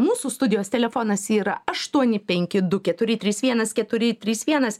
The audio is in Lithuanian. mūsų studijos telefonas yra aštuoni penki du keturi trys vienas keturi trys vienas